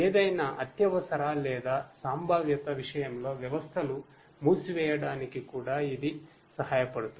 ఏదైనా అత్యవసర లేదా సంభావ్యత విషయంలో వ్యవస్థలు మూసివేయడానికి కూడా ఇది సహాయపడుతుంది